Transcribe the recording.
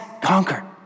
conquered